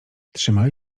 trzymali